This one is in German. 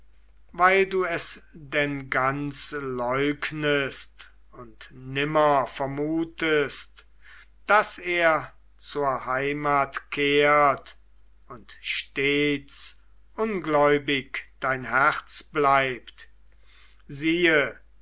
weil du es denn ganz leugnest und nimmer vermutest daß er zur heimat kehrt und stets ungläubig dein herz bleibt siehe